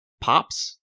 pops